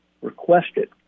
Requested